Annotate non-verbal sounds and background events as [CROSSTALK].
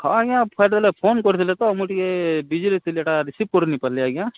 ହଁ ଆଜ୍ଞା [UNINTELLIGIBLE] ଦେଲେ ଫୋନ୍ କରିଥିଲେ ତ ମୁଇଁ ଟିକେ ବିଜିରେ ଥିଲି ହେଟା ରିସିଭ୍ କରି ନି ପାର୍ଲି ଆଜ୍ଞା